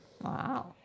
Wow